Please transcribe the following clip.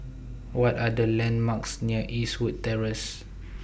What Are The landmarks near Eastwood Terrace